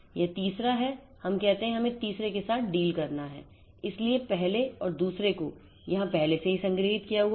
यह तीसरा है हम कहते हैं कि हमें इस तीसरे के साथ डील करना है इसलिए पहले और दूसरे को यहां पहले से ही संग्रहीत किया हुआ है